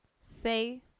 say